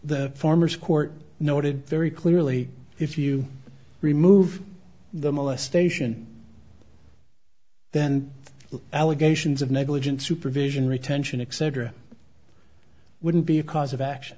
the farmers court noted very clearly if you remove the molestation then allegations of negligent supervision retention accent are wouldn't be a cause of action